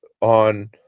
on –